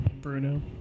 Bruno